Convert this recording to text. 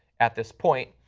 at this point.